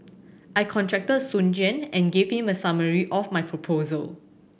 I contacted Soon Juan and gave him a summary of my proposal